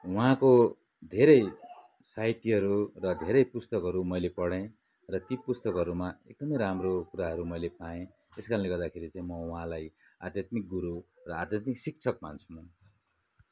उहाँको धेरै साहित्यहरू र धेरै पुस्तकहरू मैले पढेँ र ती पुस्तकहरूमा एकदमै राम्रो कुराहरू मैले पाएँ त्यसै कारणले गर्दाखेरि चाहिँ म उहाँलाई आध्यात्मिक गुरु र आध्यात्मिक शिक्षक मान्छु म